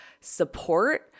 support